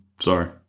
sorry